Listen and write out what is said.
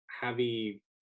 heavy